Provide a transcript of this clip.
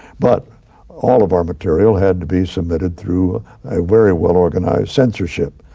but all of our material had to be submitted through a very well organized censorship.